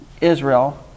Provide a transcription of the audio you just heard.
israel